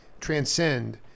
Transcend